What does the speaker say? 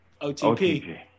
OTP